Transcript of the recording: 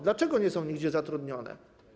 Dlaczego nie są nigdzie zatrudnione?